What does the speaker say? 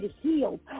healed